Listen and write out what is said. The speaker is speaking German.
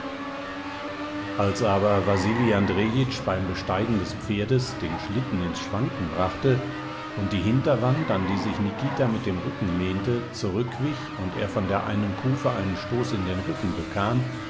als aber wasili andrejitsch beim besteigen des pferdes den schlitten ins schwanken brachte und die hinterwand an die sich nikita mit dem rücken lehnte zurückwich und er von der einen kufe einen stoß in den rücken bekam